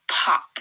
Pop